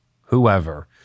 whoever